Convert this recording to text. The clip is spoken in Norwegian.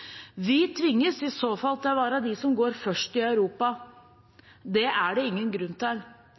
Vi tvinges i så fall til å være dem som går først i Europa. Det er det ingen grunn til.